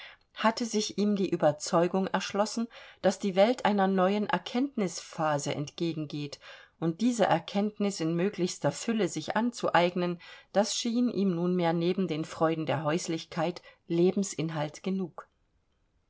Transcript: hatte sich ihm die überzeugung erschlossen daß die welt einer neuen erkenntnisphase entgegen geht und diese erkenntnis in möglichster fülle sich anzueignen das schien ihm nunmehr neben den freuden der häuslichkeit lebensinhalt genug